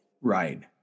Right